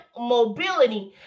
mobility